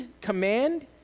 command